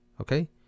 Okay